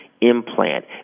implant